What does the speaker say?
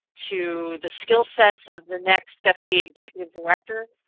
to the skillsets of the next deputy executive director,